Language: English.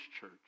church